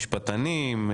משפטנים,